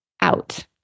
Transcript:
out